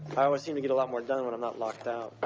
i always seem to get a lot more done when i'm not locked out.